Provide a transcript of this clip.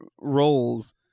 roles-